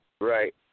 Right